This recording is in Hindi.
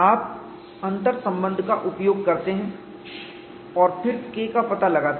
आप अंतर्संबंध का उपयोग करते हैं और फिर K का पता लगाते है